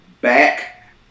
back